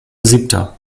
siebter